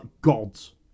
gods